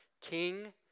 King